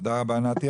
תודה רבה נתי.